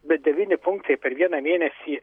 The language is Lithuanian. bet devyni punktai per vieną mėnesį